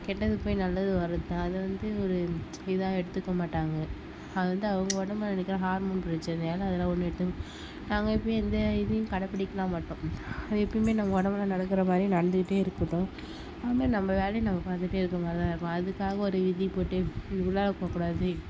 கெட்டது போய் நல்லது வரதுதான் அது வந்து ஒரு இதாக எடுத்துக்க மாட்டாங்க அது வந்து அவங்க உடம்புல இருக்கிற ஹார்மோன் பிரச்சினையால அதெலாம் ஒன்றும் எடுத் நாங்கள் எப்பவும் எந்த இதையும் கடை பிடிக்கலாம் மாட்டோம் எப்பவுமே நம்ம உடம்புல நடக்கிற மாதிரி நடத்துகிட்டே இருக்கட்டும் அந்த மாதிரி நம்ம வேலைய நம்ம பார்த்துட்டே இருக்கிற மாதிரிதான் இருக்கும் அதுக்காக ஒரு விதி போட்டு உள்ளார போகக்கூடாது